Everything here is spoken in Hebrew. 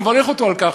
אני מברך אותו על כך.